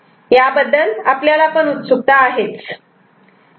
याबद्दल आपल्याला उत्सुक्ता पण आहे